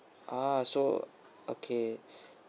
ah so okay